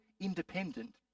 independent